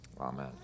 Amen